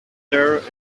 there